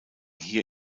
hier